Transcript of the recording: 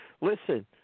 Listen